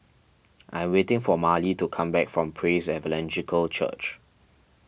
I'm waiting for Marely to come back from Praise Evangelical Church